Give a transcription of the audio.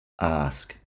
ask